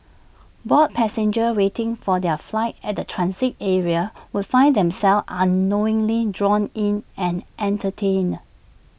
bored passengers waiting for their flight at the transit area would find themselves unknowingly drawn in and entertained